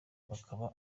bakaba